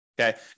Okay